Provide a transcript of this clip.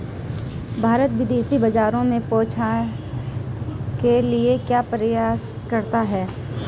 भारत विदेशी बाजारों में पहुंच के लिए क्यों प्रयासरत है?